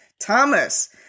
Thomas